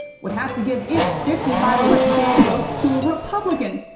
would have to give its fifty five electoral votes to a republican,